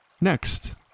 Next